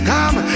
Come